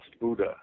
Buddha